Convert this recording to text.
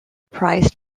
prized